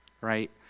Right